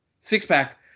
Six-pack